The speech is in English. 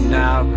now